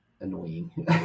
annoying